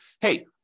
hey